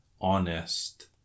honest